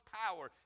power